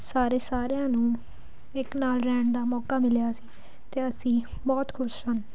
ਸਾਰੇ ਸਾਰਿਆਂ ਨੂੰ ਇੱਕ ਨਾਲ ਰਹਿਣ ਦਾ ਮੌਕਾ ਮਿਲਿਆ ਸੀ ਅਤੇ ਅਸੀਂ ਬਹੁਤ ਖੁਸ਼ ਸਨ